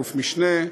אלוף-משנה.